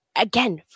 Again